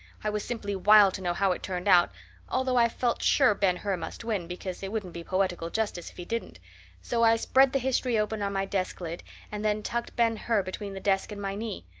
i was simply wild to know how it turned out although i felt sure ben hur must win, because it wouldn't be poetical justice if he didn't so i spread the history open on my desk lid and then tucked ben hur between the desk and my knee.